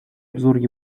обзор